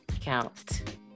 count